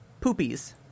poopies